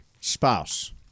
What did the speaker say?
spouse